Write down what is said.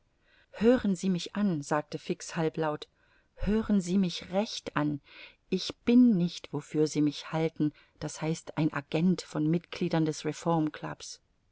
hören sie mich an sagte fix halblaut hören sie mich recht an ich bin nicht wofür sie mich halten d h ein agent von mitgliedern des